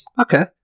Okay